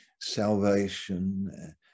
salvation